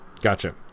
Gotcha